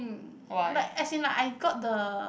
mm like as in like I got the